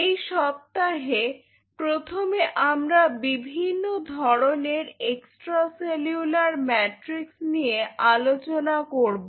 এই সপ্তাহে প্রথমে আমরা বিভিন্ন ধরনের এক্সট্রা সেলুলার ম্যাট্রিক্স নিয়ে আলোচনা করব